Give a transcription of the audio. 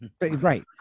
Right